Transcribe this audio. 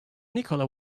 nikola